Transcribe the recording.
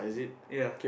ya